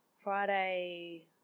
Friday